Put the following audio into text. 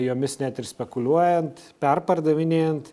jomis net ir spekuliuojant perpardavinėjant